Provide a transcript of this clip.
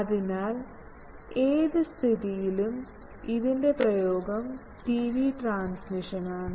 അതിനാൽ ഏത് സ്ഥിതിയിലും ഇതിൻറെ പ്രയോഗം ടിവി ട്രാൻസ്മിഷനാണ്